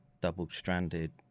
double-stranded